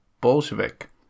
Bolshevik